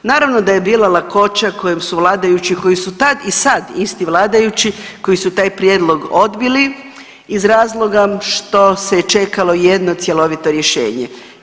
Naravno da je bilo lakoće kojom su vladajući koji su tad i sad isti vladajući koji su taj prijedlog odbili iz razloga što se je čekalo jedno cjelovito rješenje.